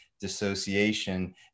dissociation